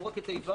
לא רק ה'-ו',